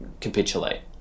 capitulate